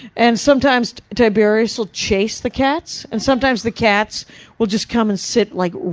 and sometimes tiberius will chase the cats, and sometimes the cats will just come and sit like,